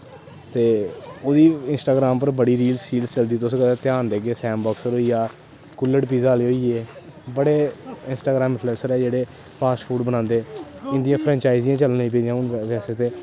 ते ओह्दी इस्टांग्राम उप्पर बड़ी रील्स सील्स चलदी तुस कदें ध्यान देगेओ सैम बाक्सर होई गेआ कूल्लड़ पिज्जा आहले होई गे बड़े इंस्ट्राग्राम इनफुलेसर जेह्ड़े फास्ट फूड बनांदे उंदियां फ्रंचजाइजियां चलन लग्गी पेदियां हून एह्दे आस्तै ते